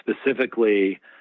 specifically